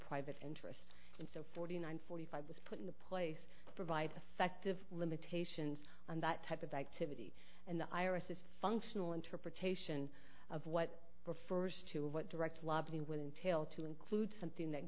private enter and so forty nine forty five was put into place provide affective limitations on that type of activity and the irises functional interpretation of what refers to what direct lobbying will entail to include something that